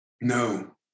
No